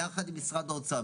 יחד עם משרד האוצר,